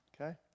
okay